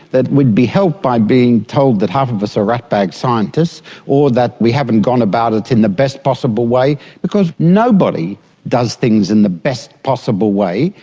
that it would be helped by being told that half of us are ratbag scientists or that we haven't gone about it in the best possible way because nobody does things in the best possible way.